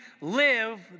live